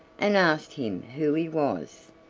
and asked him who he was.